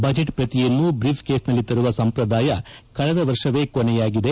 budget ಶ್ರತಿಯನ್ನು ಬ್ರೀಫ್ಕೀಸ್ನಲ್ಲಿ ತರುವ ಸಂಪ್ರದಾಯ ಕಳೆದ ವರ್ಷವೇ ಕೊನೆಯಾಗಿದೆ